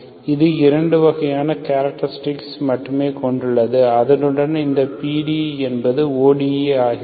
இது இரண்டு வகையான கேராக்டரிஸ்டிக் மட்டுமே கொண்டுள்ளது அதனுடன் இந்த PDE என்பது ODE ஆகிறது